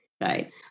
right